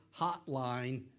hotline